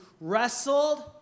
wrestled